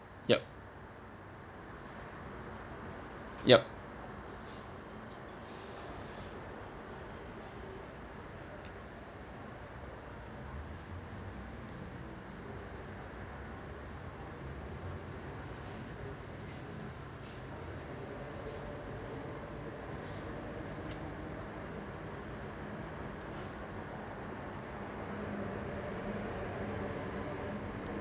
yup yup